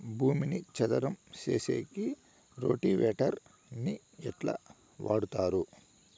భూమిని చదరం సేసేకి రోటివేటర్ ని ఎట్లా వాడుతారు?